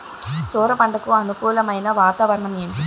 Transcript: సొర పంటకు అనుకూలమైన వాతావరణం ఏంటి?